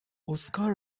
اسکار